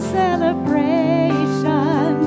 celebration